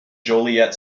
joliet